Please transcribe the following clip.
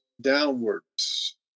downwards